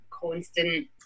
constant